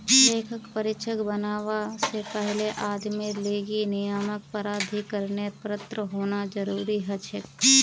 लेखा परीक्षक बनवा से पहले आदमीर लीगी नियामक प्राधिकरनेर पत्र होना जरूरी हछेक